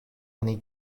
oni